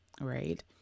right